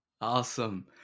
Awesome